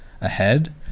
ahead